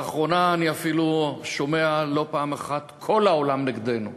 לאחרונה אני אפילו שומע לא אחת "כל העולם נגדנו".